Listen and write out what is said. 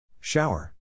Shower